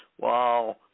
wow